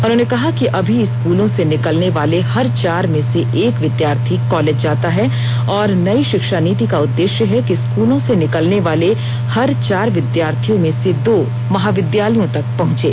उन्होंने कहा कि अभी स्कूलों से निकलने वाले हर चार में से एक विद्यार्थी कॉलेज जाता है और नई शिक्षा नीति का उद्देश्य है कि स्कूलों से निकलने वाले हर चार विद्यार्थियों में से दो महाविद्यालयों तक पहंचें